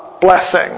blessing